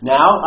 Now